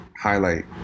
highlight